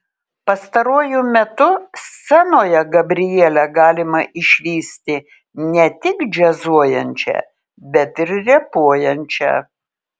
pastaruoju metu scenoje gabrielę galima išvysti ne tik džiazuojančią bet ir repuojančią